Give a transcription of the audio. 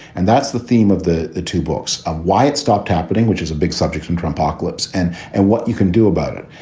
and that's the theme of the the two books of why it stopped happening, which is a big subject and trump pocalypse and and what you can do about it.